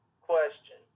question